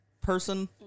person